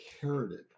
inherited